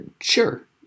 Sure